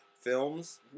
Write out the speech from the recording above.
Films